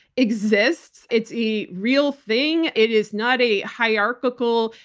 exists. it's a real thing. it is not a hierarchical,